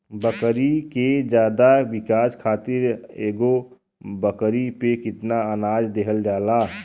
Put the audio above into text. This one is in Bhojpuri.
बकरी के ज्यादा विकास खातिर एगो बकरी पे कितना अनाज देहल जाला?